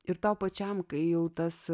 ir tau pačiam kai jau tas